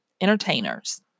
entertainers